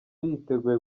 yiteguye